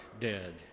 dead